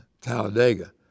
Talladega